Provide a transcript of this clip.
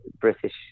British